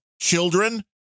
children